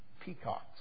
peacocks